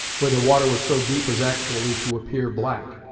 where the water was so deep as actually to appear black